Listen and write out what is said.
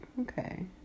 okay